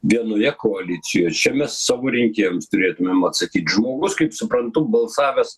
vienoje koalicijoj čia mes savo rinkėjams turėtumėm atsakyt žmogus kaip suprantu balsavęs